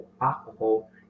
alcohol